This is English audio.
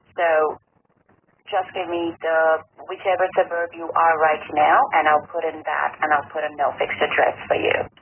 so just give me whichever suburb you are right now and i'll put in that and i'll put in no fixed address for yeah